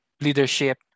leadership